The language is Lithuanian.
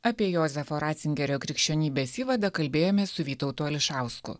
apie jozefo ratzingerio krikščionybės įvadą kalbėjomės su vytautu ališausku